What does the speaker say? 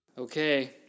Okay